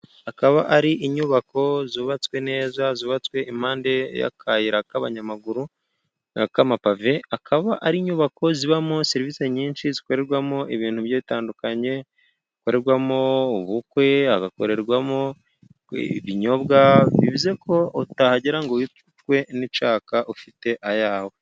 Akaba ari inyubako zubatswe neza, zubatswe impande y'akayira k'abanyamaguru k'amampave, akaba ari inyubako zibamo serivisi nyinshi zikorerwamo ibintu bigiye bitandukanye, bikorerwamo ubukwe, agakorerwamo ibinyobwa, bivuze ko utahagera ngo wicwe n'icyaka ufite ayawe.